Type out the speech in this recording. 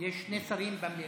יש שני שרים במליאה.